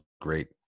great